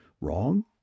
Wrong